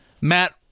matt